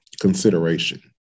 consideration